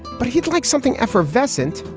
but he'd like something effervescent.